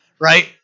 right